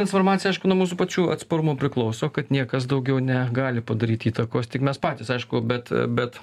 transformacija aišku nuo mūsų pačių atsparumo priklauso kad niekas daugiau negali padaryt įtakos tik mes patys aišku bet bet